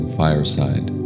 fireside